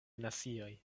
nacioj